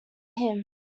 him